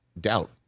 doubt